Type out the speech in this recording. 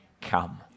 come